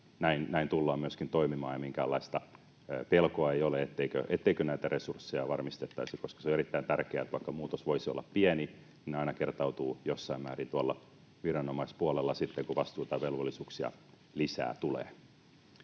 näin myöskin tullaan toimimaan, ja minkäänlaista pelkoa ei ole, etteikö näitä resursseja varmistettaisi. Se on erittäin tärkeää. Vaikka muutos voisi olla pieni, niin ne aina kertautuvat jossain määrin tuolla viranomaispuolella sitten kun vastuuta ja velvollisuuksia tulee